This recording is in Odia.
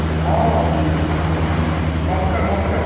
ହଁ ନମସ୍କାର ନମସ୍କାର